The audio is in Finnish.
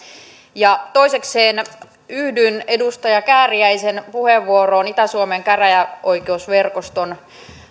ja toisekseen yhdyn edustaja kääriäisen puheenvuoroon itä suomen käräjäoikeusverkoston